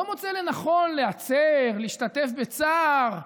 לא מוצא לנכון להשתתף בצער,